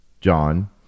John